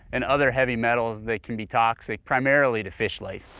and other heavy metals that could be toxic, primarily to fish life.